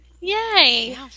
Yay